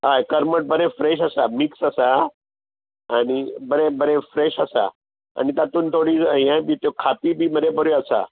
हय करमट बरें फ्रेश आसा मिक्स आसा आनी बरें बरें फ्रेश आसा आनी तांतूत थोडीं हें बी त्यो खांपी बी मरे बऱ्यो आसा